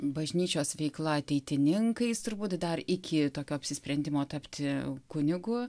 bažnyčios veikla ateitininkais turbūt dar iki tokio apsisprendimo tapti kunigu